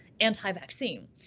anti-vaccine